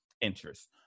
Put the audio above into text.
interest